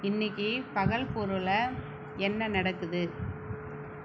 இன்னிக்கு பகல்பூரில் என்ன நடக்குது